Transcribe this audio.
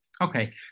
Okay